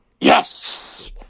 Yes